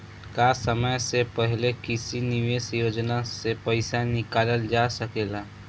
का समय से पहले किसी निवेश योजना से र्पइसा निकालल जा सकेला?